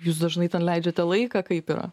jūs dažnai ten leidžiate laiką kaip yra